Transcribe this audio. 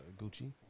Gucci